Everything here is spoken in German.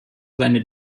seine